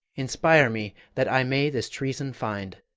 inspire me, that i may this treason find!